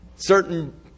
Certain